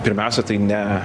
pirmiausia tai ne